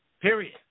period